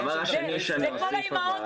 שנית,